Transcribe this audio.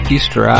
Easter